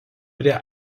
prie